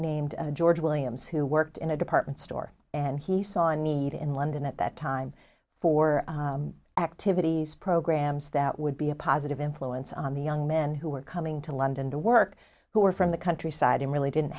named george williams who worked in a department store and he saw a need in london at that time for activities programs that would be a positive influence on the young men who were coming to london to work who were from the countryside and really didn't